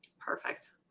Perfect